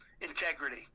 Integrity